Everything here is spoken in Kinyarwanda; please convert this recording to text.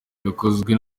yakozwe